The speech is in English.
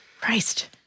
Christ—